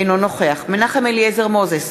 אינו נוכח מנחם אליעזר מוזס,